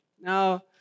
Now